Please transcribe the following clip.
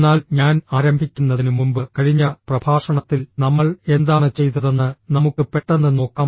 എന്നാൽ ഞാൻ ആരംഭിക്കുന്നതിന് മുമ്പ് കഴിഞ്ഞ പ്രഭാഷണത്തിൽ നമ്മൾ എന്താണ് ചെയ്തതെന്ന് നമുക്ക് പെട്ടെന്ന് നോക്കാം